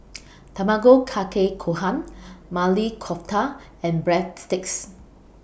Tamago Kake Gohan Maili Kofta and Breadsticks